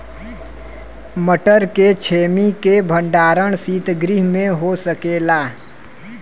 मटर के छेमी के भंडारन सितगृह में हो सकेला?